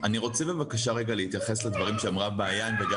אני רוצה בבקשה להתייחס לדברים שאמרה מעיין וגם